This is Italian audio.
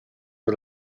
per